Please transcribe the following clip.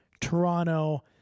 Toronto